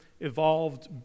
evolved